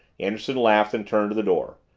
anderson laughed and turned to the door.